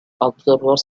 observers